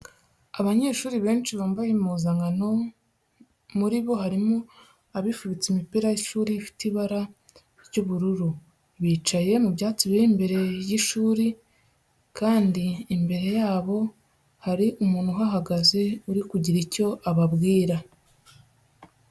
Abanyeshuri benshi bambaye impuzankano, muri bo harimo abifubitse imipira y'ishuri ifite ibara ry'ubururu, bicaye mu byatsi biri mbere y'ishuri kandi imbere yabo hari umuntu uhahagaze uri kugira icyo ababwira.